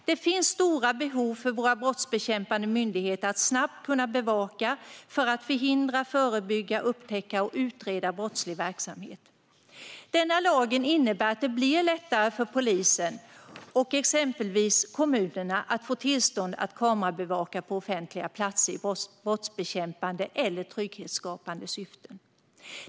Det finns stora behov för våra brottsbekämpande myndigheter att snabbt kunna bevaka för att förhindra, förebygga, upptäcka och utreda brottslig verksamhet. Denna lag innebär att det blir lättare för polisen och exempelvis kommunerna att få tillstånd att kamerabevaka på offentliga platser i brottsbekämpande eller trygghetsskapande syften.